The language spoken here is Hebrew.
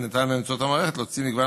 וניתן באמצעות המערכת להוציא מגוון